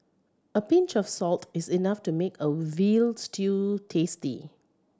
a pinch of salt is enough to make a veal stew tasty